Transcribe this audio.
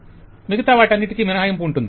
client మిగతా వాటన్నిటికీ మినహాయింపు ఉంటుంది